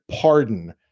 pardon